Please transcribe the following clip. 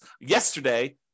yesterday